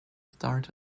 start